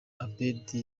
abeddy